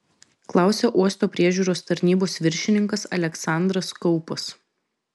klausė uosto priežiūros tarnybos viršininkas aleksandras kaupas